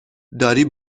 داری